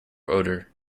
odor